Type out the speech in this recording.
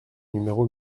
numéro